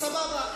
סבבה.